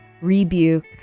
Rebuke